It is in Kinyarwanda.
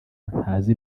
ntazi